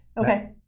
okay